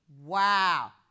Wow